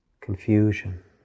confusion